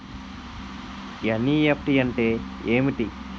NEFT అంటే ఏమిటి?